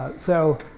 so